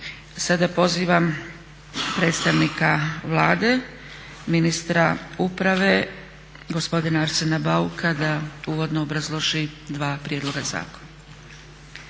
Sada pozivam predstavnika Vlade ministra uprave gospodina Arsena Bauka da uvodno obrazloži dva prijedloga zakona